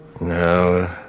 No